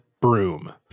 broom